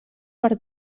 per